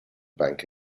bank